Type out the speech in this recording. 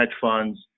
funds